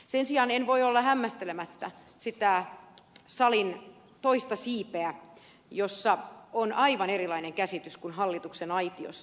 sen sijaan en voi olla hämmästelemättä sitä salin toista siipeä jossa on aivan erilainen käsitys kuin hallituksen aitiossa